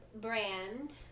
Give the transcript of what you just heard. brand